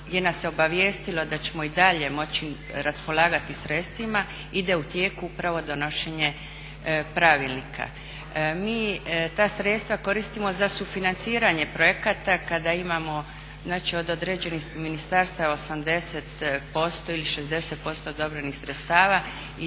gdje nas je obavijestilo da ćemo i dalje moći raspolagati sredstvima i da je u tijeku upravo donošenje pravilnika. Mi ta sredstva koristimo za sufinanciranje projekata kada imamo od određenih ministarstava 80% ili 60% odobrenih sredstava